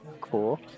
cool